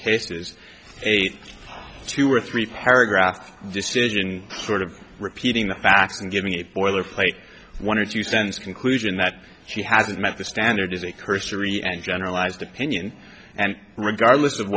cases a two or three paragraph decision sort of repeating the facts and giving it boilerplate one or two cents conclusion that she has met the standard is a cursory and generalized opinion and regardless of